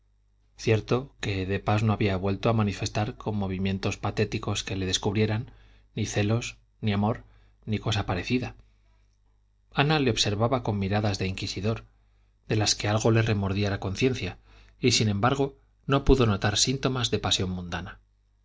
cierto que de pas no había vuelto a manifestar con movimientos patéticos que le descubrieran ni celos ni amor ni cosa parecida ana le observaba con miradas de inquisidor de las que algo le remordía la conciencia y sin embargo no pudo notar síntomas de pasión mundana